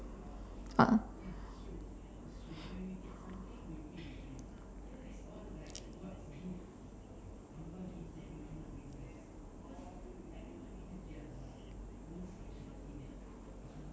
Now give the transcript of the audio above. uh